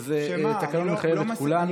התקנון מחייב את כולנו.